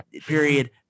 period